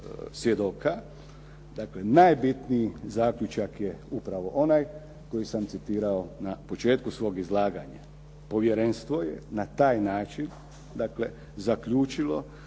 svjedoka, dakle najbitniji zaključak je upravo onaj koji sam citirao na početku svog izlaganja. Povjerenstvo je na taj način dakle zaključilo